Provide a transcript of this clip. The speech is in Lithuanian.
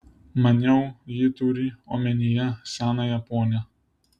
maniau ji turi omenyje senąją ponią